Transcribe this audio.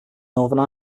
northern